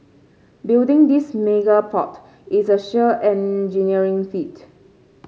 building this mega port is a sheer engineering feat